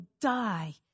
die